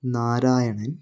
Narayanan